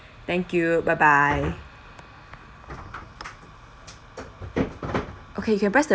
thank you bye bye okay can press the